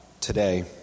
today